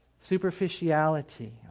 superficiality